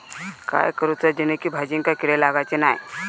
काय करूचा जेणेकी भाजायेंका किडे लागाचे नाय?